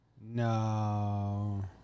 No